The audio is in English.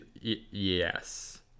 Yes